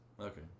Okay